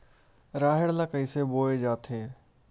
राहेर ल कइसे बोय जाथे?